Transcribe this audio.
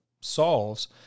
solves